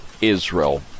Israel